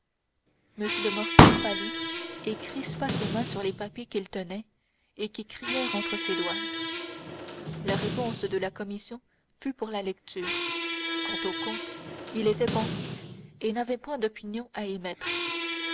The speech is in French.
de morcerf pâlit et crispa ses mains sur les papiers qu'il tenait et qui crièrent entre ses doigts la réponse de la commission fut pour la lecture quant au comte il était pensif et n'avait point d'opinion à